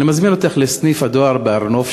אני מזמין אותך לסניף הדואר בהר-נוף,